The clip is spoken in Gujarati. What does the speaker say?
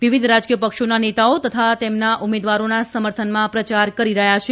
વિવિધ રાજકીય પક્ષોના નેતાઓ તેમના ઉમેદવારોના સમર્થનમાં પ્રચાર કરી રહ્યા છે